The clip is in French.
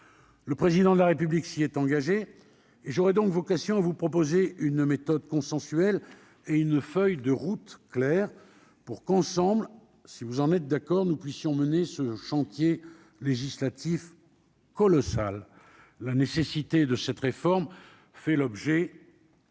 le président de la République s'y est engagé et j'aurai donc vocation vous proposer une méthode consensuelle et une feuille de route claire pour qu'ensemble, si vous en êtes d'accord, nous puissions mener ce chantier législatif colossal, la nécessité de cette réforme fait l'objet.